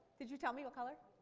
did you tell me what color?